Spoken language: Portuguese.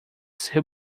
ser